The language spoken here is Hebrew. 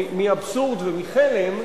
מאבסורד ומחלם,